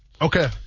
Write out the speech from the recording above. Okay